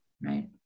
right